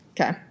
Okay